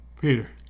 Peter